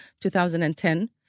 2010